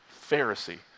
Pharisee